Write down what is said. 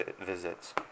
visits